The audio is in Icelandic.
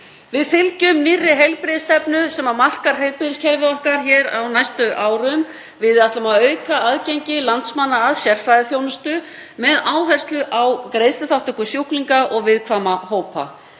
Við fylgjum nýrri heilbrigðisstefnu sem markar heilbrigðiskerfið okkar á næstu árum. Við ætlum að auka aðgengi landsmanna að sérfræðiþjónustu með áherslu á greiðsluþátttöku sjúklinga og viðkvæma hópa.